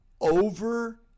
over